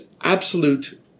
absolute